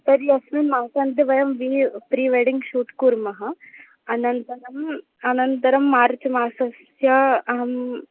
तर्हि अस्मिन् मासान्ते वयं वी प्रीवेडिङ्ग् शूट् कुर्मः अनन्तरम् अनन्तरं मार्च् मासस्य अहं